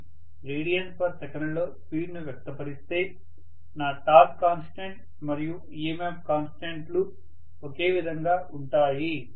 నేను రేడియన్స్సెకన్ లలో స్పీడ్ ను వ్యక్తపరిస్తే నా టార్క్ కాన్స్టెంట్ మరియు EMF కాన్స్టెంట్ ఒకే విధంగా ఉంటాయి